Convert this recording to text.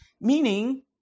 Meaning